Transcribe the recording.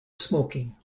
smoking